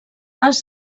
has